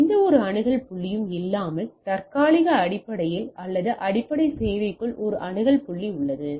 எந்தவொரு அணுகல் புள்ளியும் இல்லாமல் தற்காலிக அடிப்படையில் அல்லது அடிப்படை சேவைக்குள் ஒரு அணுகல் புள்ளி உள்ளது